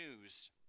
news